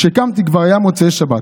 כשקמתי כבר היה מוצאי שבת.